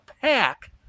pack